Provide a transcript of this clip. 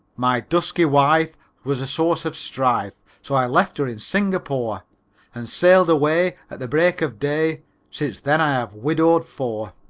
my dusky wife was a source of strife, so i left her in singapore and sailed away at the break of day since then i have widowed four.